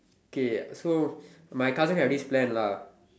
K so my cousin have this plan lah